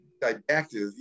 didactic